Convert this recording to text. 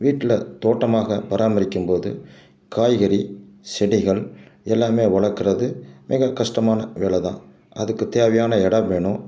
வீட்டில் தோட்டமாக பராமரிக்கும் போது காய்கறி செடிகள் எல்லாம் வளர்க்கிறது மிக கஷ்டமான வேலை தான் அதுக்கு தேவையான இடம் வேணும்